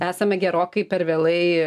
esame gerokai per vėlai